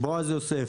בועז יוסף,